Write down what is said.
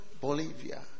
Bolivia